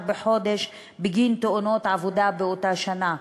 בחודש בגין תאונות עבודה באותה שנה.